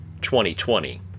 2020